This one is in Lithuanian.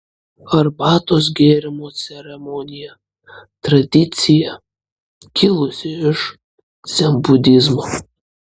arbatos gėrimo ceremonija tradicija kilusi iš dzenbudizmo